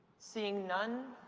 seeing none,